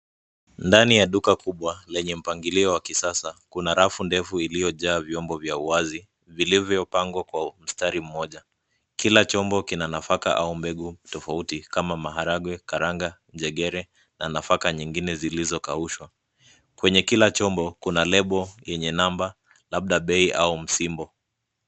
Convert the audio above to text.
Ndani ya duka kubwa lenye mpangilioo wa kisasa kuna rafu ndefu iliojaa viombo vya uwazi, vilivyopangwa kwa mstari mmoja. Kila chombo kina nafaka au mbegu tofauti kama maharagwe, karanga, njegere, na nafaka nyingine zilizokaushwa. Kwenye kila chombo kuna lebo, yenye namba, labda bei au msimbo.